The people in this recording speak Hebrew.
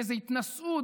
באיזו התנשאות,